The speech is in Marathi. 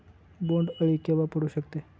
बोंड अळी केव्हा पडू शकते?